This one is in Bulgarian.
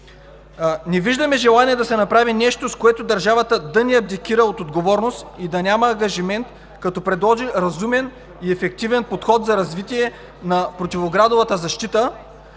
Не виждаме желание да се направи нещо, с което държавата да не абдикира от отговорност и да няма ангажимент, като предложи разумен и ефективен подход за развитие на противоградовата защита,